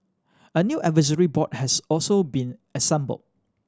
a new advisory board has also been assembled